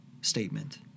statement